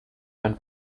ein